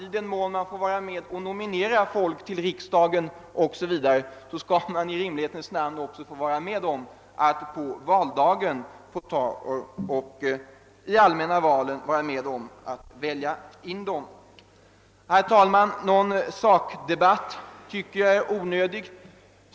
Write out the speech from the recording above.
I den mån man får vara med om att nominera kandidater till riksdagen borde det vara självklart att man även får vara med om att vid de allmänna valen välja in dessa kandidater i riksdagen. Herr talman! Någon vidare sakdebatt är onödig.